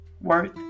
worth